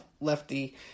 Lefty